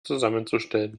zusammenzustellen